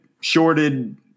shorted